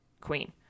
queen